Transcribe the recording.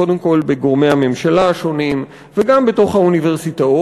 קודם כול בקרב גורמי הממשלה השונים וגם בתוך האוניברסיטאות.